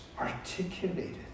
articulated